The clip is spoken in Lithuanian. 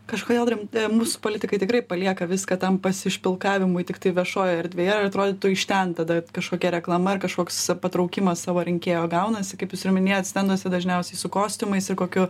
kažkodėl rim mūsų politikai tikrai palieka viską tam pasišpilkavimui tiktai viešojoje erdvėje ir atrodytų iš ten tada kažkokia reklama ir kažkoks patraukimas savo rinkėjo gaunasi kaip jūs ir minėjot stenduose dažniausiai su kostiumais ir kokiu